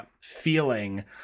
feeling